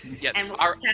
Yes